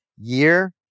year